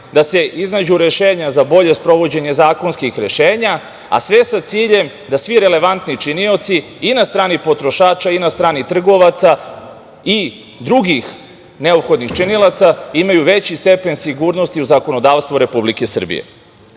da se iznađu rešenja za bolje sprovođenje zakonskih rešenja, a sve sa ciljem da svi relevatni činioci i na strani potrošača i na strani trgovaca i drugih neophodnih činilaca imaju veći stepen sigurnosti u zakonodavstvu Republike Srbije. Kada